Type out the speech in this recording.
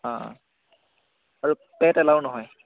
অ আৰু পেট এলাও নহয়